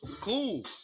Cool